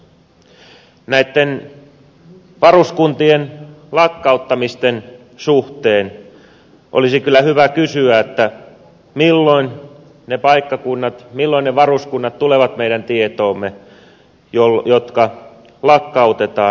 näitten varuskuntien lakkauttamisten suhteen olisi kyllä hyvä kysyä milloin ne varuskunnat tulevat meidän tietoomme jotka lakkautetaan